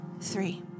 three